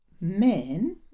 men